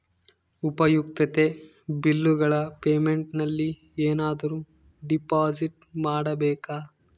ಉಪಯುಕ್ತತೆ ಬಿಲ್ಲುಗಳ ಪೇಮೆಂಟ್ ನಲ್ಲಿ ಏನಾದರೂ ಡಿಪಾಸಿಟ್ ಮಾಡಬೇಕಾ?